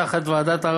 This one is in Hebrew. תחת ועדת,